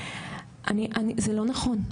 אני, זה לא נכון.